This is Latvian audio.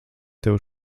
tev